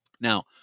Now